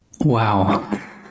Wow